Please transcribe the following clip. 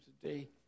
today